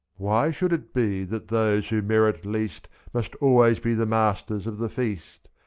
why should it be that those who merit least must always be the masters of the feast,